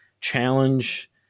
challenge